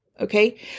Okay